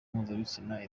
mpuzabitsina